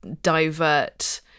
divert